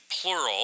plural